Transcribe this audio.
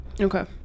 Okay